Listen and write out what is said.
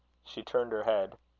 she turned her head.